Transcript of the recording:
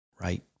right